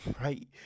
right